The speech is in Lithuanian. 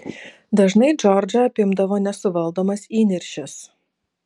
dažnai džordžą apimdavo nesuvaldomas įniršis